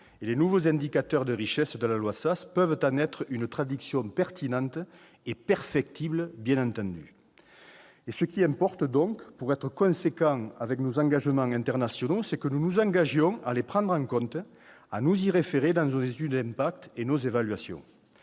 les nouveaux indicateurs de richesse de la loi Sas peuvent en être une traduction pertinente et, bien entendu, perfectible. Ce qui importe donc, pour être cohérents avec nos engagements internationaux, c'est que nous nous engagions à les prendre en compte, à nous y référer dans nos études d'impact et nos évaluations.